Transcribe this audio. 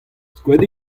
skoet